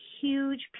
huge